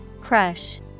Crush